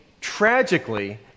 tragically